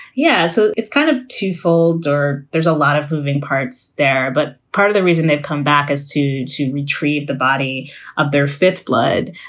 yeah. so it's kind of two fold or there's a lot of moving parts there. but part of the reason they've come back is to to retrieve the body of their fifth blood,